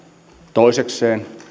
toisekseen